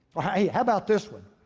ah how about this one?